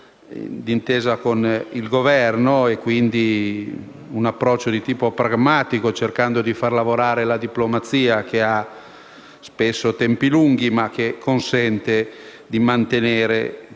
d'intesa con il Governo. È necessario un approccio di tipo pragmatico, cercando di fare lavorare la diplomazia che spesso ha tempi lunghi, ma consente di mantenere